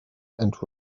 and